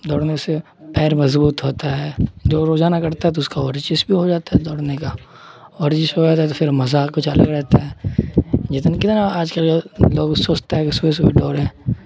دوڑنے سے پیر مضبوط ہوتا ہے جو روزانہ کرتا ہے تو اس کا ورزش بھی ہو جاتا ہے دوڑنے کا ورزش ہو جاتا ہے تو پھر مزہ کچھ الگ رہتا ہے جتنا کتنا آج کل جو لوگ سوچتے ہیں کہ صبح صبح دوڑیں